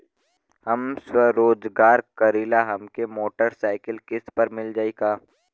हम स्वरोजगार करीला हमके मोटर साईकिल किस्त पर मिल जाई का?